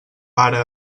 pare